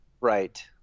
Right